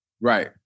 Right